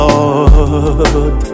Lord